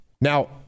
now